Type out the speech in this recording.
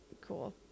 cool